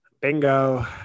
Bingo